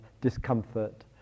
discomfort